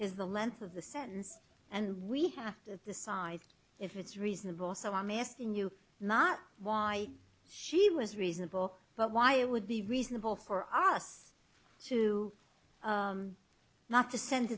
is the length of the sentence and we have to decide if it's reasonable so i'm asking you not why she was reasonable but why it would be reasonable for us to not to send